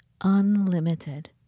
unlimited